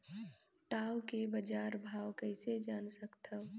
टाऊ के बजार भाव कइसे जान सकथव?